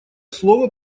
слово